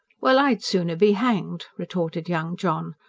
well, i'd sooner be hanged! retorted young john.